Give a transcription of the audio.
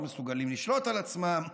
לא מסוגלים לשלוט בעצמם,